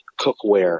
cookware